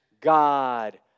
God